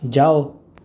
جاؤ